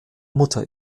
mutter